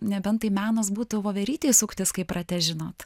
nebent tai menas būtų voverytei suktis kaip rate žinot